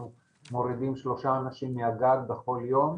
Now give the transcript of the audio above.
אנחנו מורידים שלושה אנשים מהגג בכל יום.